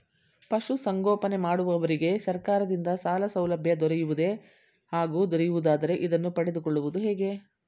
ಪಶುಸಂಗೋಪನೆ ಮಾಡುವವರಿಗೆ ಸರ್ಕಾರದಿಂದ ಸಾಲಸೌಲಭ್ಯ ದೊರೆಯುವುದೇ ಹಾಗೂ ದೊರೆಯುವುದಾದರೆ ಇದನ್ನು ಪಡೆದುಕೊಳ್ಳುವುದು ಹೇಗೆ?